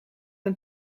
een